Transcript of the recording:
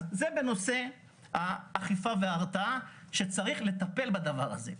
זה בנוגע לאכיפה והרתעה וצריך לטפל בדבר הזה.